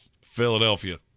Philadelphia